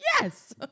yes